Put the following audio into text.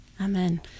Amen